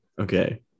okay